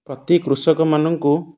ପ୍ରତି କୃଷକମାନଙ୍କୁ